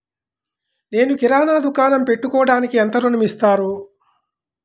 నేను కిరాణా దుకాణం పెట్టుకోడానికి ఎంత ఋణం ఇస్తారు?